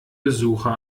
besucher